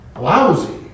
lousy